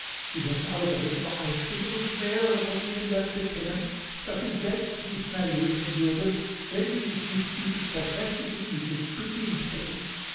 sie werden alle darin übereinstimmen und mehrere von ihnen werden bekennen daß sie selbst nicht mehr leben würden wenn sie sich nicht dieses vortrefflichen mittels bedient hätten